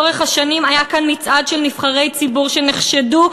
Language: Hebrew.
לאורך השנים היה כאן מצעד של נבחרי ציבור שנחשדו,